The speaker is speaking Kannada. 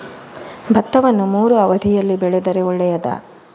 ಭತ್ತವನ್ನು ಮೂರೂ ಅವಧಿಯಲ್ಲಿ ಬೆಳೆದರೆ ಒಳ್ಳೆಯದಾ?